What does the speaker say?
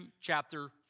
chapter